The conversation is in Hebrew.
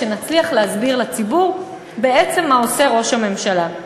שנצליח להסביר לציבור בעצם מה עושה ראש הממשלה.